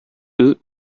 eux